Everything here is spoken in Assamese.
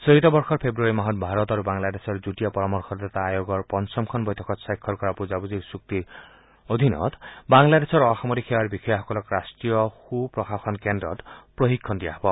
চলিত বৰ্ষৰ ফেব্ৰুৱাৰী মাহত ভাৰত আৰু বাংলাদেশৰ যুটীয়া পৰামৰ্শদাতা আয়োগৰ পঞ্চমটো বৈঠকত স্বাক্ষৰ কৰা বুজাবুজিৰ চুক্তিৰ অধীনত বাংলাদেশৰ অসামৰিক সেৱাৰ বিষয়াসকলক ৰাষ্টীয় সূপ্ৰশাসন কেন্দ্ৰত প্ৰশিক্ষণ দিয়া হ'ব